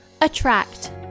Attract